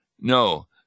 No